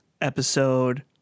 episode